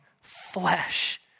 flesh